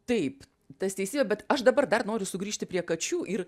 taip tas teisybė bet aš dabar dar noriu sugrįžti prie kačių ir